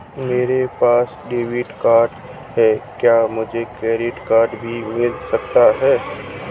मेरे पास debit card है क्या मुझे क्रेडिट कार्ड भी मिल सकता है?